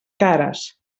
cares